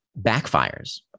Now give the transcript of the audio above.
backfires